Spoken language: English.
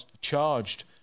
charged